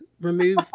remove